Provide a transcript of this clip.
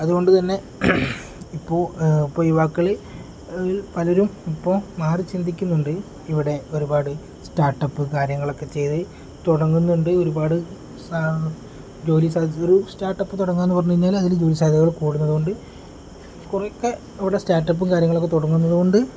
അതുകൊണ്ട് തന്നെ ഇപ്പോൾ ഇപ്പോൾ യുവാക്കൾ പലരും ഇപ്പം മാറി ചിന്തിക്കുന്നുണ്ട് ഇവിടെ ഒരുപാട് സ്റ്റാർട്ടപ്പ് കാര്യങ്ങളൊക്കെ ചെയ്തു തുടങ്ങുന്നുണ്ട് ഒരുപാട് ജോലി ഒരു സ്റ്റാർട്ടപ്പ് തുടങ്ങുക എന്നു പറഞ്ഞു കഴിഞ്ഞാൽ അതിൽ ജോലി സാധ്യതകൾ കൂടുന്നത് കൊണ്ട് കുറെയൊക്കെ ഇവിടെ സ്റ്റാർട്ടപ്പും കാര്യങ്ങളൊക്കെ തുടങ്ങുന്നത് കൊണ്ട്